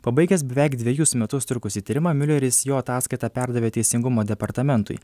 pabaigęs beveik dvejus metus trukusį tyrimą miuleris jo ataskaitą perdavė teisingumo departamentui